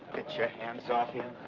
your hands off him.